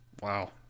Wow